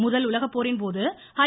முதல் உலகப்போரின் போது ஹை